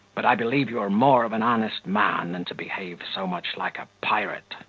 but i believe you are more of an honest man, than to behave so much like a pirate.